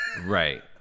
Right